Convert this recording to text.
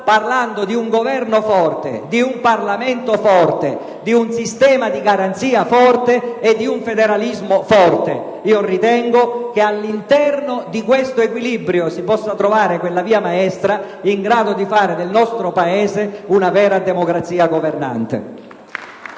parlando di un Governo forte, di un Parlamento forte, di un sistema di garanzia forte e di un federalismo forte. Ritengo che all'interno di tale equilibrio si possa trovare quella via maestra in grado di fare del nostro Paese una vera democrazia governante.